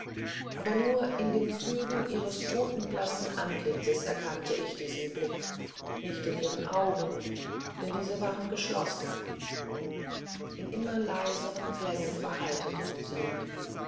aber nur in den zügen ihres todblassen antlitzes erkannte ich diesen blick nicht in ihren augen denn diese waren geschlossen in immer leiseren klängen verhallte die musik